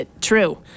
True